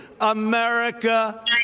America